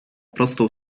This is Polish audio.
prostą